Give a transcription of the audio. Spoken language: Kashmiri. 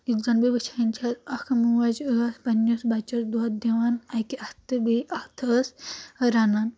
یُتھ زَن بہٕ وٕچھان چھَس اکھ موج ٲس پنٕنِس بَچَس دۄد دِوان اَکہِ اَتھ تہٕ بیٚیہِ اَتھ ٲس رَنان